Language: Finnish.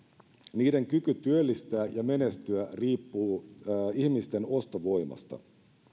niiden kyky työllistää ja menestyä riippuu ihmisten ostovoimasta